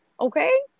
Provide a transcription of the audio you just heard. okay